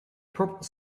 purple